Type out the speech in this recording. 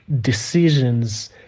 decisions